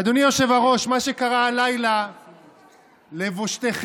אדוני היושב-ראש, מה שקרה הלילה, לבושתכם,